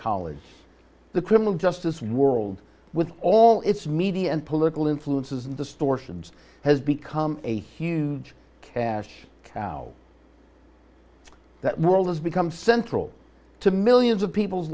college the criminal justice world with all its media and political influences in the stores and has become a huge cash cow that world has become central to millions of people's